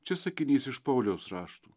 čia sakinys iš pauliaus raštų